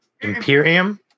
Imperium